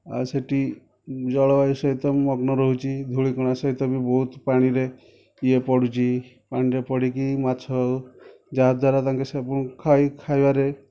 ଆଉ ସେଠି ଜଳବାୟୁ ସହିତ ମଗ୍ନ ରହୁଛି ଧୂଳି କଣା ସହିତ ବି ବହୁତ ପାଣିରେ ଇଏ ପଡ଼ୁଚି ପାଣିରେ ପଡ଼ିକି ମାଛ ଯାହାଦ୍ୱାରା ତାଙ୍କେ ସବୁ ଖାଇ ଖାଇବାରେ